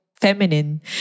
feminine